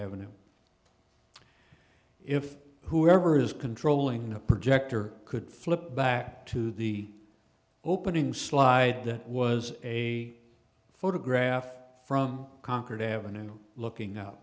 avenue if whoever is controlling the projector could flip back to the opening slide that was a photograph from concord ave looking